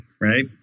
right